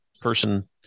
person